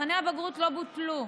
מבחני הבגרות לא בוטלו.